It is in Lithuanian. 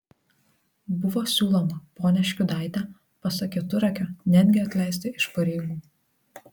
buvo siūloma ponią škiudaitę pasak keturakio netgi atleisti iš pareigų